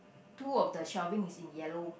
two of the shelving is in yellow